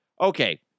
Okay